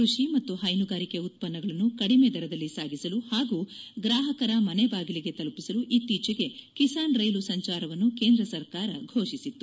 ಕೃಷಿ ಮತ್ತು ಪೈನುಗಾರಿಕೆ ಉತ್ಪನ್ನಗಳನ್ನು ಕಡಿಮೆ ದರದಲ್ಲಿ ಸಾಗಿಸಲು ಹಾಗೂ ಗ್ರಾಹಕರ ಮನೆ ಬಾಗಿಲಿಗೆ ತಲುಪಿಸಲು ಇತ್ತೀಚೆಗೆ ಕಿಸಾನ್ ರೈಲು ಸಂಚಾರವನ್ನು ಕೇಂದ್ರ ಸರ್ಕಾರ ಘೋಷಿಸಿತ್ತು